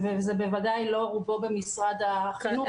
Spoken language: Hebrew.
ובוודאי שלא רובו במשרד החינוך.